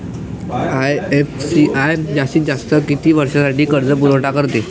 IFCI जास्तीत जास्त किती वर्षासाठी कर्जपुरवठा करते?